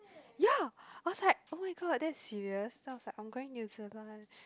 ya I was like oh-my-god that's serious then I was like I'm going New Zealand